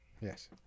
Yes